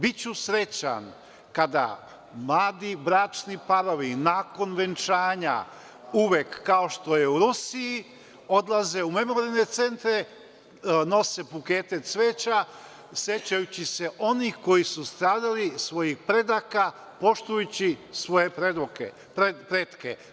Biću srećan kada mladi bračni parovi nakon venčanja uvek, kao što je u Rusiji, odlaze u memorijalne centre, nose bukete cveća sećajući se onih koji su stradali, svojih predaka, poštujući svoje pretke.